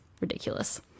Ridiculous